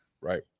Right